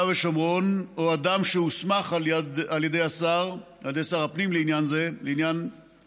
ושומרון או אדם שהוסמך על ידי שר הפנים לעניין